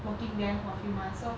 working there for a few months so